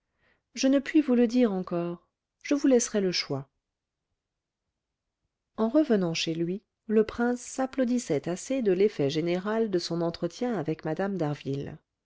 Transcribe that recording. je ne puis vous le dire encore je vous laisserai le choix en revenant chez lui le prince s'applaudissait assez de l'effet général de son entretien avec mme